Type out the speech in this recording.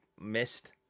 missed